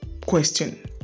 question